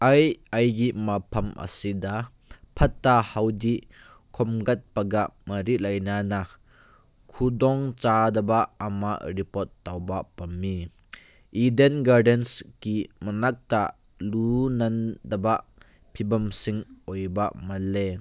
ꯑꯩ ꯑꯩꯒꯤ ꯃꯐꯝ ꯑꯁꯤꯗ ꯐꯠꯇ ꯍꯥꯎꯗꯤ ꯈꯣꯝꯒꯠꯄꯒ ꯃꯔꯤ ꯂꯩꯅꯅ ꯈꯨꯗꯣꯡ ꯆꯥꯗꯕ ꯑꯃ ꯔꯤꯄꯣꯔꯠ ꯇꯧꯕ ꯄꯥꯝꯃꯤ ꯏꯗꯦꯟ ꯒꯥꯔꯗꯦꯟꯒꯤ ꯃꯅꯥꯛꯇ ꯂꯨ ꯅꯥꯟꯗꯕ ꯐꯤꯚꯝꯁꯤꯡ ꯑꯣꯏꯕ ꯃꯥꯜꯂꯦ